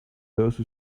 those